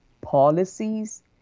policies